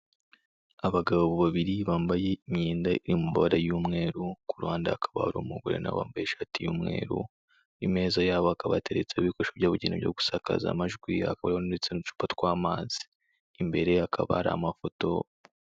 Abagabo babiri bambaye imyenda iri mu mabara y'umweru, ku ruhande hakaba hari umugore na we wambaye ishati y'umweru, imeza yabo hakaba hateretseho ibikoresho byabugene byo gusakaza amajwi, hakabaho ndetse n'uducupa tw'amazi, imbere ye hakaba hari amafoto.